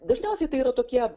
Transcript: dažniausiai tai yra tokie